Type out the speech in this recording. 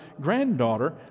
granddaughter